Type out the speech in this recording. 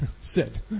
sit